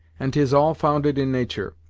and tis all founded in natur.